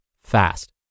fast